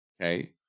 Okay